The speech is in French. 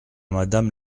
madame